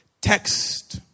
text